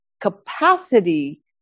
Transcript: capacity